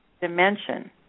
dimension